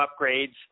upgrades